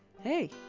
Hey